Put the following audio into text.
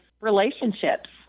relationships